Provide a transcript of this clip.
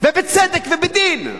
ובצדק ובדין,